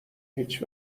هیچ